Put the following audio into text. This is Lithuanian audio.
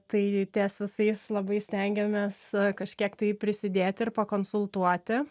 tai ties visais labai stengiamės kažkiek tai prisidėti ir pakonsultuoti